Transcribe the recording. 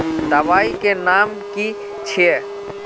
दबाई के नाम की छिए?